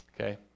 Okay